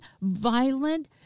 violent